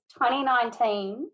2019